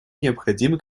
необходимы